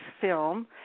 film